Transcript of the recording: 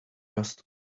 rust